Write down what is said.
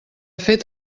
fet